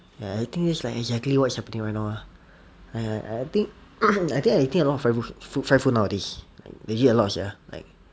err I think that's like exactly what's happening right now ah like I I I think I eating a lot of fried food nowadays legit a lot sia like